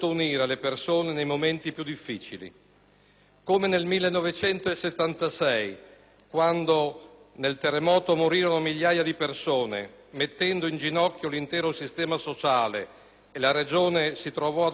Come nel 1976, quando nel terremoto morirono migliaia di persone, mettendo in ginocchio l'intero sistema sociale, e la Regione si trovò a dover far fronte ad un dramma comune